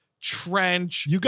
Trench